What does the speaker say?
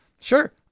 Sure